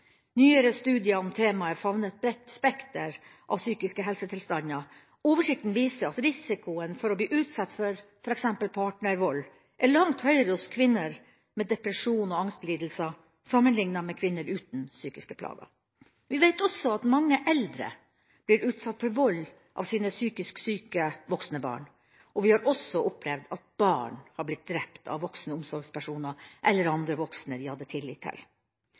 Nyere studier om temaet favner et bredt spekter av psykiske helsetilstander. Oversikten viser at risikoen for å bli utsatt for f.eks. partnervold er langt høyere hos kvinner med depresjon og angstlidelser enn hos kvinner uten psykiske plager. Vi veit også at mange eldre blir utsatt for vold av sine psykisk syke voksne barn, og vi har også opplevd at barn har blitt drept av voksne omsorgspersoner eller av andre voksne de hadde tillit til.